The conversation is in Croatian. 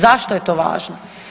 Zašto je to važno?